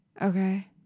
Okay